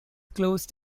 closed